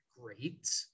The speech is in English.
great